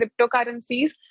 cryptocurrencies